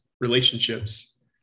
relationships